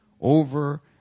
Over